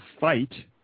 fight